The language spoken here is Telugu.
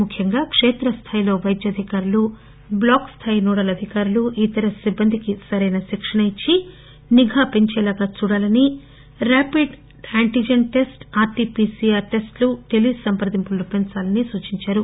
ముఖ్యంగా కేత్రస్థాయిలో వైద్య అధికారులు ట్లాక్ స్టాయి నోడల్ అధికారులు ఇతర సిబ్బందికి సరైన శిక్షణ ఇచ్చి నిఘా పెంచేలాగా చూడాలని rapid antigen test RT-PCR tele సంప్రదింపులను పెంచాలని సూచించారు